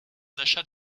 d’achat